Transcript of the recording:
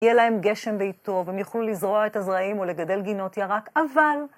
יהיה להם גשם בעיתו, והם יוכלו לזרוע את הזרעים או לגדל גינות ירק, אבל...